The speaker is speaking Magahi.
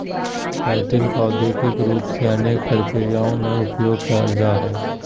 काइटिन का औद्योगिक रूप से अनेक प्रक्रियाओं में उपयोग करल जा हइ